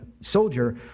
soldier